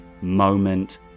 moment